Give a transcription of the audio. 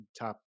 top